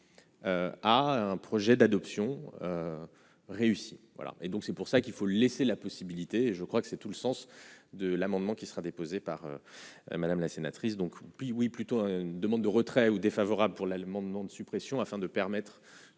à un projet d'adoption réussie, voilà et donc c'est pour ça qu'il faut laisser la possibilité et je crois que c'est tout le sens de l'amendement qui sera déposée par Madame la sénatrice, donc oui plutôt à une demande de retrait ou défavorables pour l'Allemande non de suppression afin de permettre